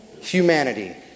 humanity